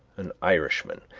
an irishman,